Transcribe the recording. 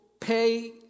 pay